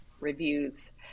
reviews